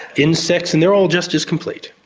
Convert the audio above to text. insects, and they're all just as complete.